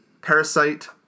Parasite